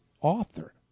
author